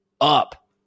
up